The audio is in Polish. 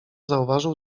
zauważył